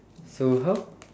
so how